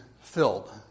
filled